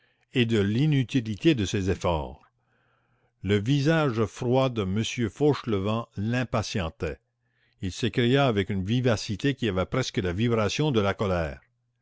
et de l'inutilité de ses efforts le visage froid de monsieur fauchelevent l'impatientait il s'écria avec une vivacité qui avait presque la vibration de la colère